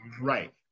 Right